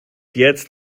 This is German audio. jetzt